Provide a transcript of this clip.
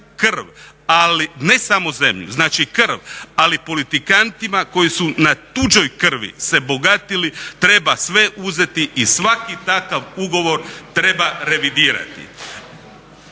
krv, ne samo zemlju, znači i krv, ali politikantima koji su na tuđoj krvi se bogatili treba sve uzeti i svaki takav ugovor treba revidirati.